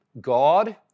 God